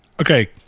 Okay